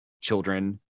children